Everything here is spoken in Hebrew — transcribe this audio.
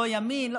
לא ימין,